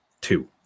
Two